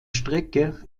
strecke